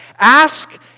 ask